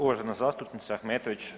Uvažena zastupnice Ahmetović.